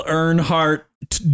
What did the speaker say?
Earnhardt